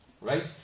Right